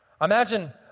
Imagine